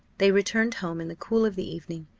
they returned home in the cool of the evening.